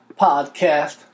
podcast